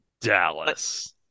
Dallas